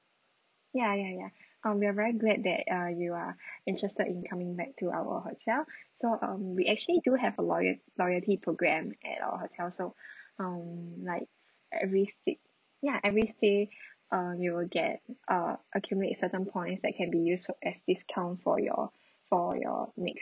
ya ya ya uh we're very glad that uh you are interested in coming back to our hotel so um we actually do have a loyal loyalty program at our hotel so um like every sta~ ya every stay uh you will get uh accumulate certain points that can be used for as discount for your for your next